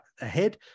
ahead